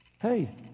Hey